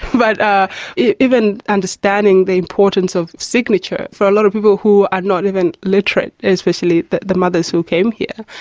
but ah even understanding the importance of signatures for a lot of people who are not even literate, especially the the mothers who came here,